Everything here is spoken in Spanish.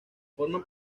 forma